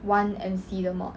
one M_C 的 mod